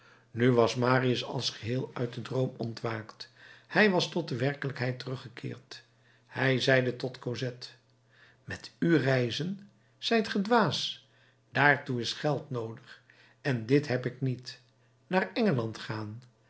nu was marius als geheel uit den droom ontwaakt hij was tot de werkelijkheid teruggekeerd hij zeide tot cosette met u reizen zijt ge dwaas daartoe is geld noodig en dit heb ik niet naar engeland gaan